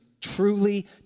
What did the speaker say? truly